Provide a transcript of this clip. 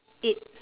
eight